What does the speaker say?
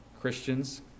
Christians